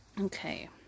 Okay